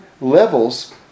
levels